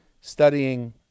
studying